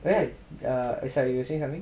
sorry you say